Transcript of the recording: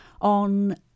on